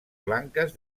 blanques